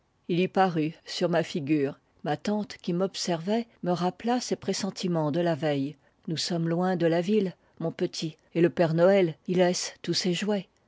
il y parut sur ma figure ma tante qui m'observait me rappela ses pressentiments de la veille nous sommes loin de la ville mon petit et le père noël y laisse tous ses jouets